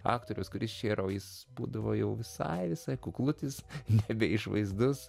aktorius kuris čia yra o jis būdavo jau visai visai kuklutis nebe išvaizdus